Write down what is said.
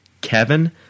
Kevin